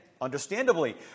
understandably